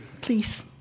please